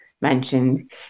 mentioned